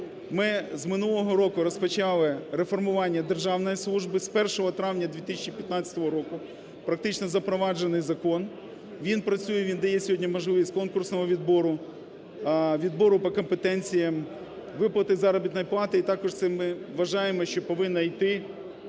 Ми з минулого року розпочали реформування державної служби, з 1 травня 2015 року практично запроваджений закон. Він працює, він дає сьогодні можливість конкурсного відбору, відбору по компетенціям, виплати заробітної плати. І також це, ми вважаємо, що повинно йти